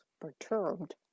perturbed